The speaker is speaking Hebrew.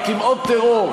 רק עם עוד טרור.